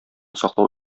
саклау